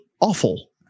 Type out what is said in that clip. awful